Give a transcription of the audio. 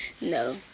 No